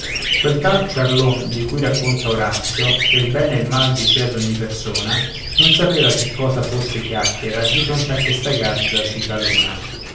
quel tal ciarlon di cui racconta orazio che il bene e il mal dicea d'ogni persona non sapeva che cosa fosse chiacchiera di fronte a questa gazza cicalona